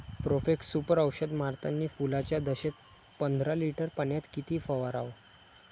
Profex Super औषध मारतानी फुलाच्या दशेत पंदरा लिटर पाण्यात किती फवाराव?